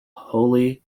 holyrood